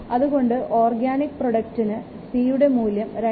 അതുകൊണ്ട് ഓർഗാനിക് പ്രോഡക്ടിന് c യുടെ മൂല്യം 2